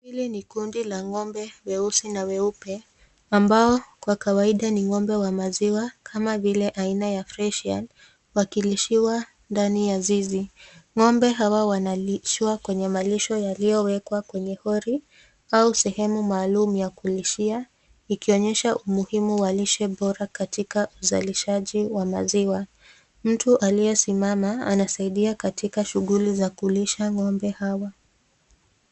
Hili ni kundi la ng'ombe wuesi na weupe, ambao kwa kawaida ni ng'ombe wa maziwa kama vile aina ya fresian , wakilishiwa ndani ya zizi. Ng'ombe hawa wanalishwa kwenye malisho yaliyowekwa kwenye hori au sehemu maalumu ya kulishia, ikionyesha umuhimu wa lishe bora katika uzalishaji wa maziwa. Mtu aliyesimama, anasaidia katika shughuli za kulisha ng'ombe hawa.